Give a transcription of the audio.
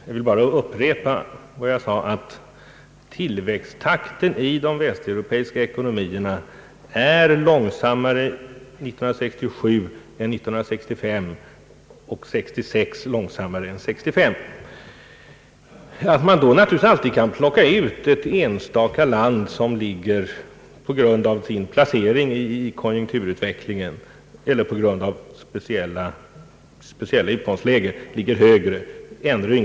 Jag vill bara upprepa att tillväxttakten i de västeuropeiska ekonomierna är långsammare 1967 än 1966 och även långsammare 1966 än 1965. Man kan naturligtvis alltid plocka ut ett enstaka land som på grund av sitt speciella utgångsläge har en högre tillväxttakt.